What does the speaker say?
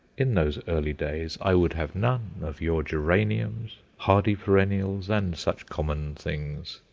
in those early days i would have none of your geraniums, hardy perennials, and such common things.